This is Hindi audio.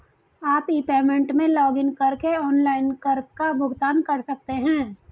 आप ई पेमेंट में लॉगइन करके ऑनलाइन कर का भुगतान कर सकते हैं